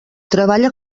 treballa